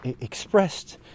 expressed